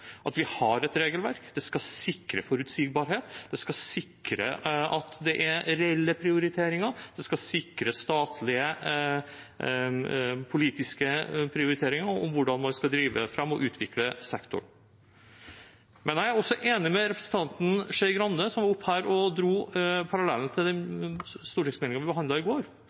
at vi har et regelverk som skal sikre forutsigbarhet, sikre at det er reelle prioriteringer, sikre statlige politiske prioriteringer om hvordan man skal drive fram og utvikle sektoren. Men jeg er også enig med representanten Skei Grande, som var oppe her og dro parallellen til den stortingsmeldingen vi behandlet i går,